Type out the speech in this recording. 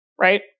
right